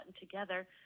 together